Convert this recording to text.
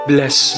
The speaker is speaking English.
Bless